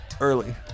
Early